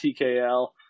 TKL